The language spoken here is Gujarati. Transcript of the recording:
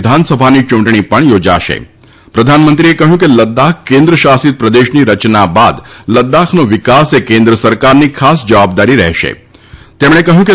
વિધાનસભાની યૂંટણી પણ યોજાશે પ્રધાનમંત્રીએ કહ્યું કે લદ્દાખ કેન્દ્ર શાસિત પ્રદેશની રચના બાદ લદ્દાખનો વિકાસ એ કેન્દ્ર સરકારની ખાસ જવાબદારી રહેશેતેમણે કહ્યું કે